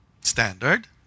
standard